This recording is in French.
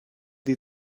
des